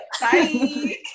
Bye